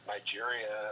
Nigeria